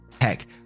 Heck